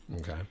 Okay